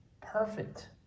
perfect